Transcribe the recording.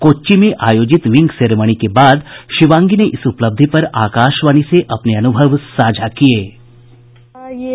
कोच्चि में आयोजित wing ceremony के बाद शिवांगी ने इस उपलब्धि पर आकाशवाणी से इस अपने अनुभव साझा किये